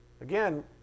Again